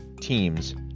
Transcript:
teams